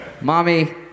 mommy